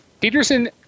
Peterson